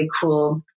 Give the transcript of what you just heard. cool